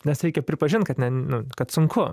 nes reikia pripažint kad ne nu kad sunku